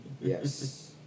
Yes